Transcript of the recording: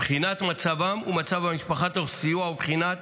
ובחינת מצבם ומצב המשפחה, תוך סיוע ובחינת